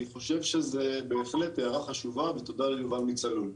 אני חושב שזה בהחלט הערה חשובה ותודה ליובל מ"צלול".